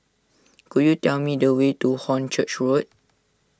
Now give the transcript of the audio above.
could you tell me the way to Hornchurch Road